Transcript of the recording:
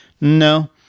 No